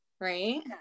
right